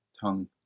tongue